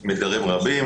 עם אתגרים רבים,